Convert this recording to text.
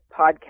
podcast